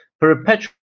perpetual